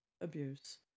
abuse